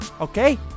okay